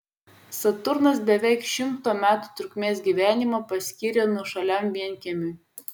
saturnas beveik šimto metų trukmės gyvenimą paskyrė nuošaliam vienkiemiui